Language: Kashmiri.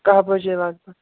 کاہ بَجے لگ بگ